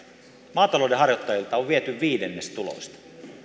maataloudenharjoittajilta on viety viidennes tuloista